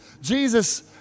Jesus